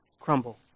crumble